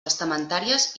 testamentàries